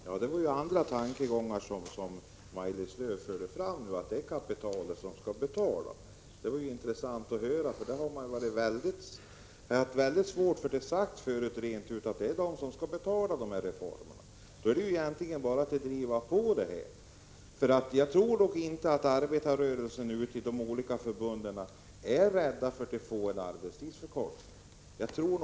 Herr talman! Det var andra tankegångar som Maj-Lis Lööw förde fram nu, att det är kapitalet som skall betala. Det var intressant att höra, för tidigare har man haft väldigt svårt för att säga rent ut att det är företagen som skall betala de här reformerna. Då är det egentligen bara att driva på här. Jag tror nog att man i de olika förbunden inte är rädd för att få en arbetstidsförkortning.